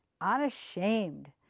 unashamed